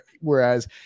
whereas